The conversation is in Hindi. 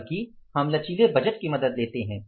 बल्कि हम लचीले बजट की मदद लेते हैं